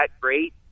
great